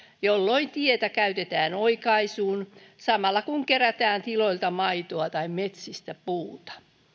jolloin tietä käytetään oikaisuun samalla kun kerätään tiloilta maitoa tai metsistä puuta